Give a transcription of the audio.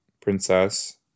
princess